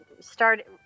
start